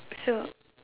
so